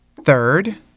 Third